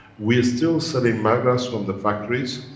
we are still selling magravs from the factories.